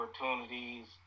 opportunities